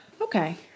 Okay